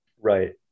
Right